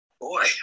Boy